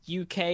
uk